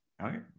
right